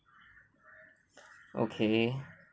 okay